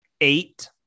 eight